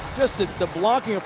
just the the blocking.